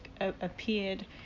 appeared